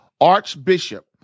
Archbishop